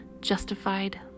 justified